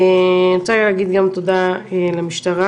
אני רוצה להגיד גם תודה למשטרה,